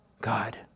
God